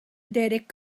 derek